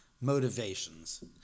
motivations